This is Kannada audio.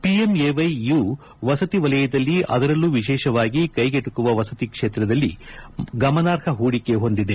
ಒಎಂಎವ್ಲೆ ಯು ವಸತಿ ವಲಯದಲ್ಲಿ ಅದರಲ್ಲೂ ವಿಶೇಷವಾಗಿ ಕ್ಲೆಗೆಟುಕುವ ವಸತಿ ಕ್ಷೇತ್ರದಲ್ಲಿ ಗಮನಾರ್ಹ ಹೂಡಿಕೆ ಹೊಂದಿದೆ